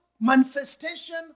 manifestation